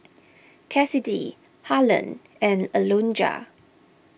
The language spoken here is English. Cassidy Harland and Alonza